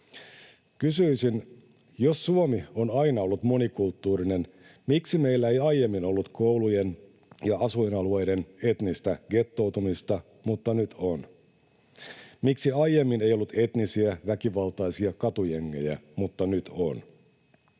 Kysyisin: Jos Suomi on aina ollut monikulttuurinen, miksi meillä ei aiemmin ollut koulujen ja asuinalueiden etnistä gettoutumista, mutta nyt on? Miksi aiemmin ei ollut etnisiä väkivaltaisia katujengejä, mutta nyt on?